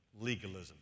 Legalism